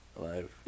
alive